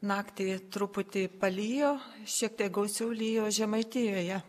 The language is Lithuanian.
naktį truputį palijo šiek tiek gausiau lijo žemaitijoje